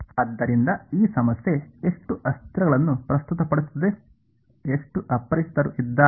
ಆದ್ದರಿಂದ ಈ ಸಮಸ್ಯೆ ಎಷ್ಟು ಅಸ್ಥಿರಗಳನ್ನು ಪ್ರಸ್ತುತಪಡಿಸುತ್ತದೆ ಎಷ್ಟು ಅಪರಿಚಿತರು ಇದ್ದಾರೆ